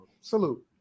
salute